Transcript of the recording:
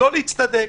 לא להצטדק,